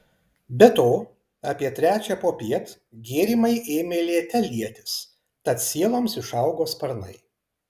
be to apie trečią popiet gėrimai ėmė liete lietis tad sieloms išaugo sparnai